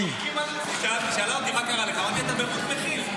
היא שאלה אותי מה קרה לך, אמרתי: אתה במוד מכיל.